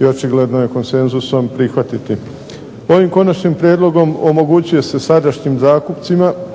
i očigledno je konsenzusom prihvatiti. Ovim konačnim prijedlogom omogućuje se sadašnjim zakupcima,